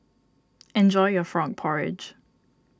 enjoy your Frog Porridge